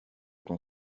ton